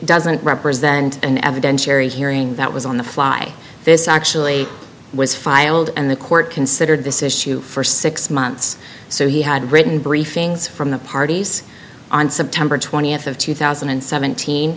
doesn't represent an evidentiary hearing that was on the fly this actually was filed and the court considered this issue for six months so he had written briefings from the parties on september twentieth of two thousand and seventeen